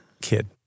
kid